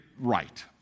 right